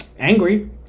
angry